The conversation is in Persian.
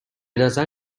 نظر